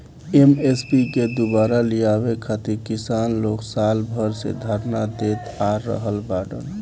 MSP के दुबारा लियावे खातिर किसान लोग साल भर से धरना देत आ रहल बाड़न